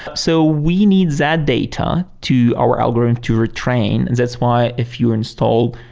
so we need that data to our algorithm to retrain. that's why if you installed,